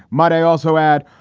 might i also add.